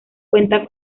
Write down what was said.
cuenta